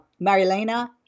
Marilena